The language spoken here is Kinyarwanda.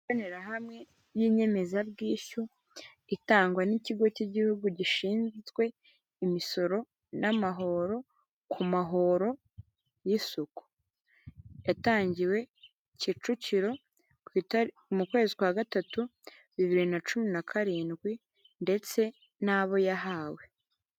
Imbonerahamwe y'inyemezabwishyu, itangwa n'ikigo cy'igihugu gishinzwe imisoro namahoro, ku mahoro y'isuku. Yatangiwe Kicukiro, mu kwezi kwa gatatu, bibiri na cumi na karindwi, ndetse n'abo yahawe.